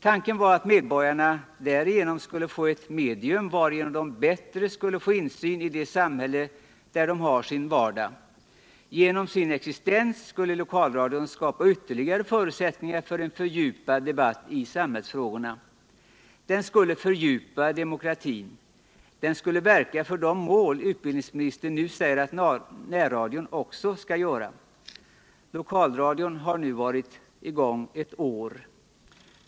Tanken var att medborgarna skulle få ett medium varigenom de bättre skulle få insyn i det samhälle där de har sin vardag. Genom sin existens skulle lokalradion skapa ytterligare förutsättningar för en fördjupad debatt i samhällsfrågorna. Den skulle fördjupa demokratin. Den skulle verka för de mål utbildningsministern nu säger att närradion också skall verka för. Lokalradion har nu varit i gång i ett år.